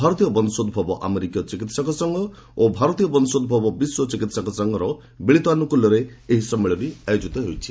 ଭାରତୀୟ ବଂଶୋଭବ ଆମେରିକୀୟ ଚିକିିିିିିିକ ସଂଘ ଓ ଭାରତୀୟ ବଂଶୋଭବ ବିଶ୍ୱ ଚିକିିିିକ ସଂଘର ମିଳିତ ଆନୁକୂଲ୍ୟରେ ଏହି ସମ୍ମିଳନୀ ଆୟୋଜିତ ହୋଇଛି